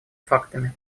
фактами